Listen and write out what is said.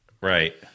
Right